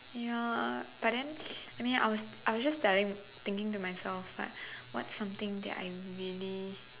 ya but then I mean I was I was just telling thinking to myself but what's something that I really